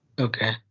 Okay